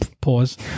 pause